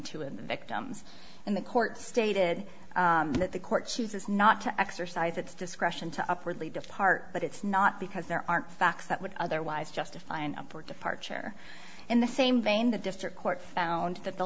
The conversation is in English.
two in the victims and the court stated that the court chooses not to exercise its discretion to upwardly depart but it's not because there aren't facts that would otherwise justify an upward departure in the same vein the district court found that the